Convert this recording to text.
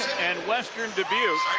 and western dubuque.